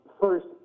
First